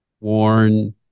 worn